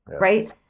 right